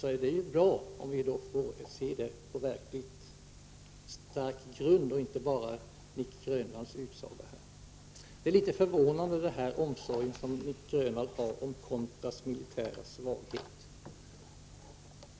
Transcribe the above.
Det är ju bra om vi får se det på verkligt stark grund och inte bara av Nic Grönvalls utsaga. Den omsorg som Nic Grönvall visar beträffande contras militära svaghet är litet förvånande.